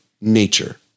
nature